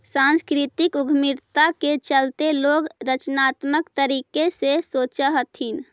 सांस्कृतिक उद्यमिता के चलते लोग रचनात्मक तरीके से सोचअ हथीन